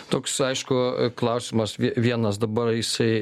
toks aišku klausimas vienas dabar jisai